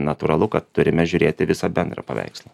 natūralu kad turime žiūrėti visą bendrą paveikslą